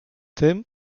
tym